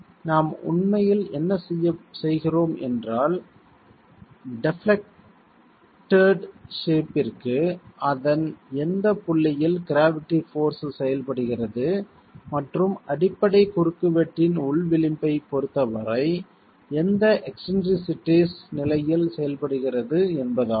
நாம் உண்மையில் என்ன செய்கிறோம் என்றால் டெப்லெக்ட்டெட் ஷேப்ற்கு அதன் எந்த புள்ளியில் க்ராவிட்டி போர்ஸ் செயல்படுகிறது மற்றும் அடிப்படை குறுக்குவெட்டின் உள் விளிம்பைப் பொறுத்தவரை எந்த எக்ஸ்ன்ட்ரிசிட்டிஸ் நிலையில் செயல்படுகிறது என்பதாகும்